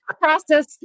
process